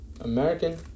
American